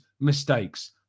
mistakes